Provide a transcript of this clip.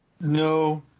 No